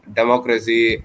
democracy